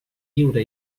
lliure